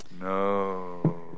No